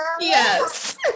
Yes